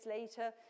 later